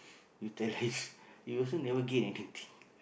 you tell lies you also never gain anything